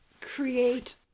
create